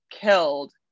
killed